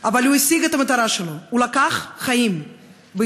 אבל הוא השיג את המטרה שלו: הוא לקח חיים בישראל.